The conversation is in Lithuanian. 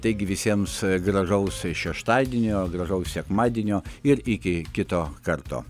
taigi visiems gražaus šeštadienio gražaus sekmadienio ir iki kito karto